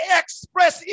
express